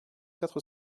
quatre